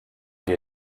wir